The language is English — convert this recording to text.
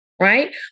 Right